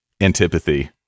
Antipathy